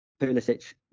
Pulisic